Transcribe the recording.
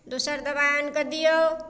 दोसर दबाइ आनिकऽ दियौ